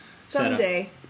Someday